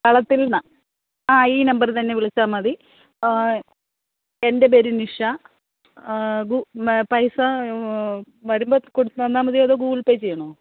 കളത്തിൽ എന്നാണ് ആ ഈ നമ്പറിൽ തന്നെ വിളിച്ചാൽ മതി എൻ്റെ പേര് നിഷ ഗു പൈസ വരുമ്പോൾ കൊടുത്താൽ തന്നാൽ മതി അതൊ ഗൂഗിൾ പേ ചെയ്യണോ